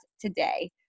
today